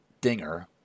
Dinger